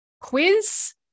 quiz